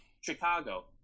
Chicago